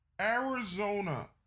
Arizona